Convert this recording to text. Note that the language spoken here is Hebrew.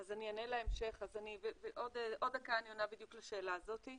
אז עוד דקה אני עונה בדיוק לשאלה הזאת.